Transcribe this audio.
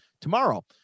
tomorrow